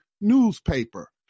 newspaper